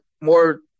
more